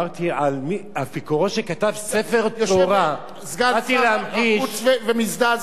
באתי להמחיש, באתי להמחיש